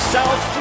South